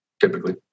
typically